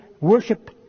worship